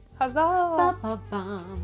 Huzzah